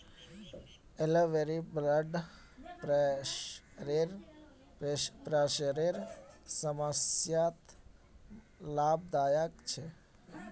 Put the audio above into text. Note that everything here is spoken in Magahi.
ब्लूबेरी ब्लड प्रेशरेर समस्यात लाभदायक छे